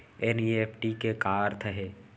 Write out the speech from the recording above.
NEFT के का अर्थ है?